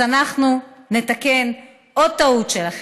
אז אנחנו נתקן עוד טעות שלכם.